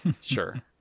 Sure